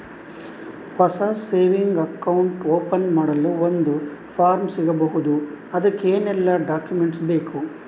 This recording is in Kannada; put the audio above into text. ಹೊಸ ಸೇವಿಂಗ್ ಅಕೌಂಟ್ ಓಪನ್ ಮಾಡಲು ಒಂದು ಫಾರ್ಮ್ ಸಿಗಬಹುದು? ಅದಕ್ಕೆ ಏನೆಲ್ಲಾ ಡಾಕ್ಯುಮೆಂಟ್ಸ್ ಬೇಕು?